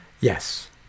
Yes